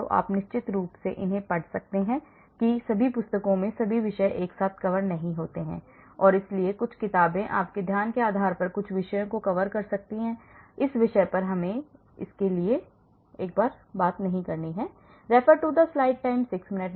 तो आप निश्चित रूप से उन्हें पढ़ सकते हैं कि सभी पुस्तकें सभी विषयों के साथ कवर नहीं होती हैं और इसलिए कुछ किताबें उनके ध्यान के आधार पर कुछ विषयों को कवर कर सकती हैं इस विषय पर हमें इसके लिए जाने दें